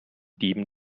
dieben